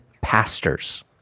pastors